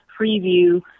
preview